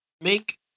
make